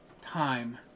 time